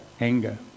anger